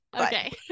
Okay